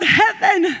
heaven